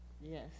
yes